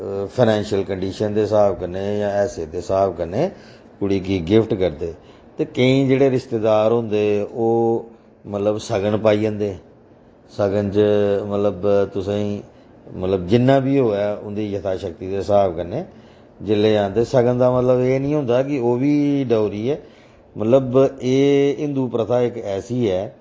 financial condition दे स्हाब कन्नै जां हैसियत दे स्हाब कन्नै कुड़ी गी गिफ्ट करदे ते केईं जेह्ड़े रिश्तेदार होंदे ओह् मतलब सगन पाई जंदे सगन च मतलब तुसेंगी मतलब जिन्ना बी होऐ उंदी यथा शक्ति दे स्हाब कन्नै जेल्लै आंदे सगन दा मतलब एह् निं होंदा कि ओह् बी डौरी ऐ मतलब एह् हिन्दू प्रथा इक ऐसी ऐ